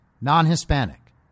non-Hispanic